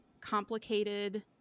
complicated